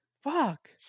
Fuck